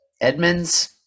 Edmonds